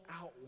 out